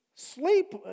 Sleep